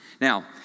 Now